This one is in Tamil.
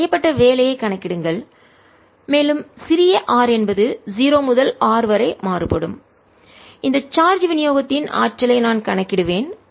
இதில் செய்யப்பட்ட வேலையை கணக்கிடுங்கள் மேலும் சிறிய r என்பது 0 முதல் r வரை மாறுபடும் இந்த சார்ஜ் விநியோகத்தின் ஆற்றலை நான் கணக்கிடுவேன்